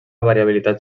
variabilitat